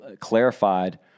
clarified